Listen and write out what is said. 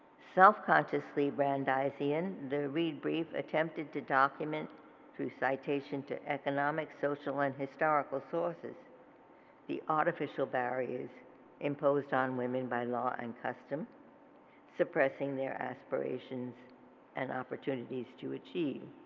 self-consciously brandeisian, the and the rebrief attempted to document through citation to economics, social, and historical sources the artificial barriers imposed on women by law and custom suppressing their aspirations and opportunities to achieve.